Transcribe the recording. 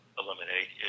eliminate